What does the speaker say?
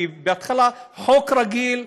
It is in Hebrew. חוק רגיל,